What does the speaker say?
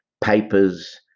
papers